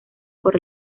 por